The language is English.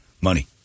money